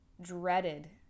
dreaded